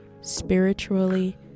spiritually